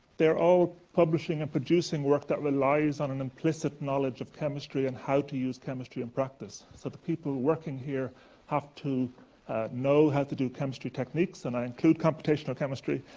they're all publishing and producing work that relies on an implicit knowledge of chemistry and how to use chemistry in and practice. so the people working here have to know how to do chemistry techniques and i include computational chemistry,